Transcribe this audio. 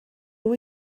nhw